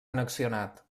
annexionat